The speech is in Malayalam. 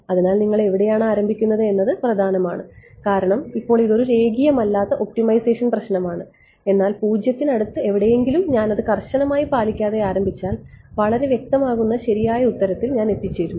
അതിനാൽ നിങ്ങൾ എവിടെയാണ് ആരംഭിക്കുന്നത് എന്നത് പ്രധാനമാണ് കാരണം ഇപ്പോൾ ഇതൊരു രേഖീയമല്ലാത്ത ഒപ്റ്റിമൈസേഷൻ പ്രശ്നമാണ് എന്നാൽ 0 ന് അടുത്ത് എവിടെയെങ്കിലും ഞാൻ അത് കർശനമായി പാലിക്കാതെ ആരംഭിച്ചാൽ വളരെ വ്യക്തമാകുന്ന ശരിയായ ഉത്തരത്തിൽ ഞാൻ എത്തിച്ചേരുന്നു